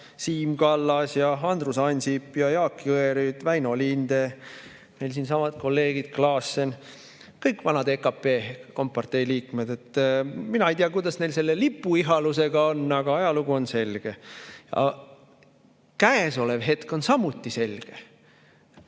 Siim Kallas, Andrus Ansip, Jaak Jõerüüt ja Väino Linde, meil siinsamas kolleegid, Klaassen – kõik vanad EKP, kompartei liikmed. Mina ei tea, kuidas neil selle lipu ihalusega on, aga ajalugu on selge. Käesolev hetk on samuti selge.